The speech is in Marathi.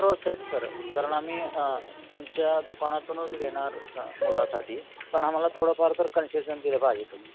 हो सेट सर कारण आम्ही तुमच्या दुकानातूनच घेणार मुलासाठी पण आम्हाला थोडंफार तर कन्सेशन दिलं पाहिजे तुम्ही